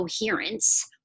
coherence